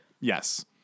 Yes